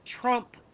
Trump